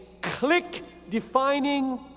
click-defining